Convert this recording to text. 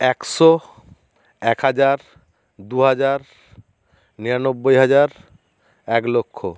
একশো এক হাজার দুহাজার নিরানব্বই হাজার এক লক্ষ